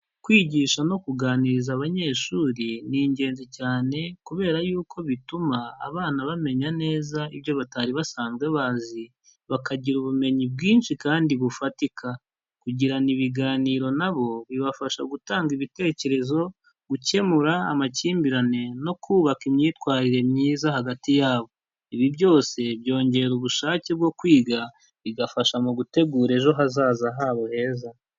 Kwigisha no kuganiriza abanyeshuri ni ingenzi cyane kubera yuko bituma abana bamenya neza ibyo batari basanzwe bazi, bakagira ubumenyi bwinshi kandi bufatika, kugirana ibiganiro nabo bibafasha gutanga ibitekerezo, gukemura amakimbirane, no kubaka imyitwarire myiza hagati yabo, ibi byose byongera ubushake bwo kwiga bigafasha mu gutegura ejo hazaza habo heza.